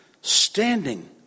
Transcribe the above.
standing